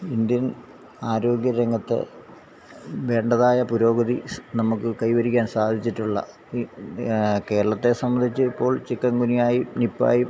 Indian ആരോഗ്യരംഗത്ത് വേണ്ടതായ പുരോഗതി നമുക്ക് കൈവരിക്കാൻ സാധിച്ചിട്ടുള്ള കേരളത്തെ സംബന്ധിച്ച് ഇപ്പോൾ ചിക്കൻഗുനിയായും നിപ്പായും